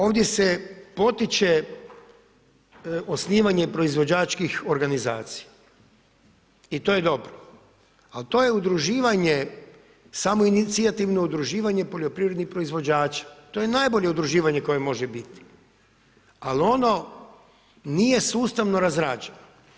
Ovdje se potiče osnivanje proizvođačkih organizacija i to je dobro, ali to je udruživanje, samoinicijativno udruživanje poljoprivrednih proizvođača, to je najbolje udruživanje koje može biti, ali ono nije sustavno razrađeno.